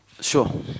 Sure